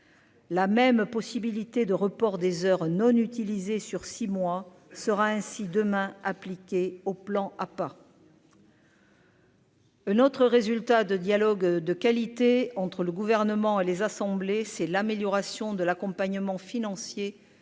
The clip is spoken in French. la même possibilité de report des heures non utilisés sur six mois sera ainsi demain, appliquée au plan à part. Un autre résultat de dialogue de qualité entre le gouvernement et les assemblées, c'est l'amélioration de l'accompagnement financier